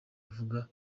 avuga